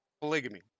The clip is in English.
polygamy